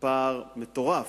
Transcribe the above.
פער מטורף,